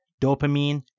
dopamine